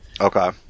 okay